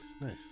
nice